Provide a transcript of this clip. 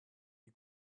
die